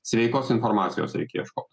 sveikos informacijos reikia ieškot